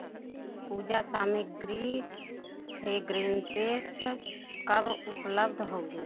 पूजा सामग्री फ्रेग्रेंसेस कब उपलब्ध होंगे